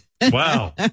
Wow